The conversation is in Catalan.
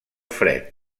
fred